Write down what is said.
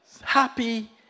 happy